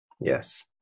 Yes